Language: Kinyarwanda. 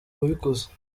wabikoze